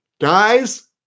Guys